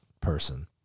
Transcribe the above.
person